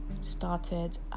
started